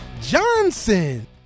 Johnson